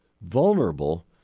vulnerable